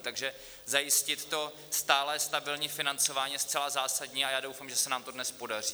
Takže zajistit to stálé stabilní financování je zcela zásadní a já doufám, že se nám to dnes podaří.